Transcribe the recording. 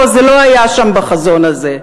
לא, זה לא היה שם בחזון הזה.